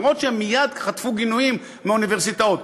אומנם הם מייד חטפו גינויים מהאוניברסיטאות,